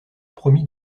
promit